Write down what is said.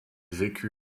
vécu